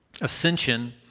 ascension